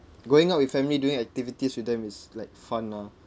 going out with family doing activities with them is like fun lah